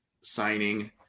signing